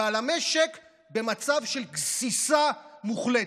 ועל המשק במצב של גסיסה מוחלטת.